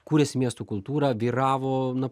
kūrėsi miestų kultūra vyravo na